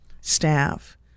staff